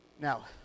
Now